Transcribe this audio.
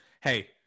hey